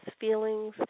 feelings